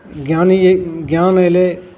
ज्ञानी अए ज्ञान अएलै